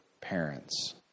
parents